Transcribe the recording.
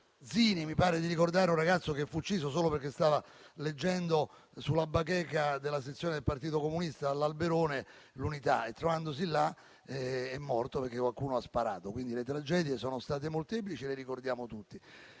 che mi pare di ricordare fu un ragazzo ucciso solo perché stava leggendo «l'Unità» sulla bacheca della sezione del Partito Comunista all'Alberone; trovandosi lì, è morto perché qualcuno ha sparato. Quindi le tragedie sono state molteplici e le ricordiamo tutti.